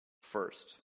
first